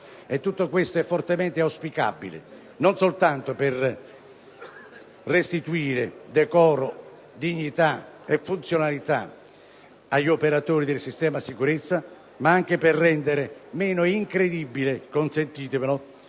Tutto ciò è fortemente auspicabile non soltanto per restituire decoro, dignità e funzionalità agli operatori del sistema sicurezza, ma anche per rendere meno incredibili - consentitemelo